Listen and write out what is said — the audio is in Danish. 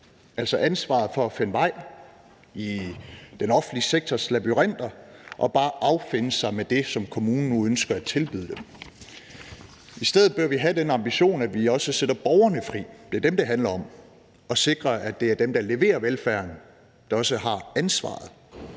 altså ansvaret for at finde vej i den offentlige sektors labyrinter og bare affinde sig med det, som kommunen nu ønsker at tilbyde dem. I stedet bør vi have den ambition, at vi også sætter borgerne fri, for det er dem, det handler om, og sikre, at det er dem, der leverer velfærden, der også har ansvaret